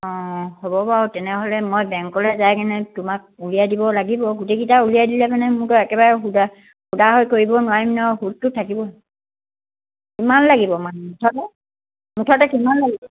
অঁ হ'ব বাৰু তেনেহ'লে মই বেংকলে যাই কেনে তোমাক উলিয়াই দিব লাগিব গোটেইকেইটা উলিয়াই দিলে মানে মোকো একেবাৰে সুদা সুদা হৈ কৰিব নোৱাৰিম ন সুতটো থাকিব কিমান লাগিব মানে মুঠতে মুঠতে কিমান লাগিব